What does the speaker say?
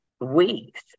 weeks